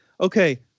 okay